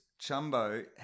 Chumbo